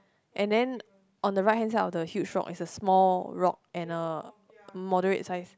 and then on the right hand side of the huge rock is a small rock and a moderate size